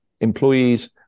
Employees